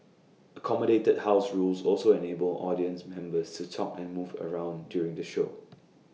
accommodated house rules also enabled audience members to talk and move around during the show